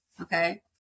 okay